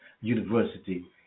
University